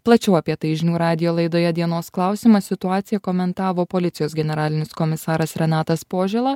plačiau apie tai žinių radijo laidoje dienos klausimas situaciją komentavo policijos generalinis komisaras renatas požėla